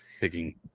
picking